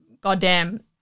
goddamn